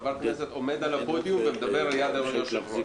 שחבר כנסת עומד על הפודיום ומדבר ליד היושב-ראש.